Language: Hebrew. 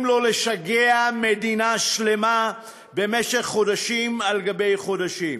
לו לשגע מדינה שלמה במשך חודשים על חודשים,